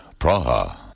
Praha